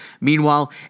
meanwhile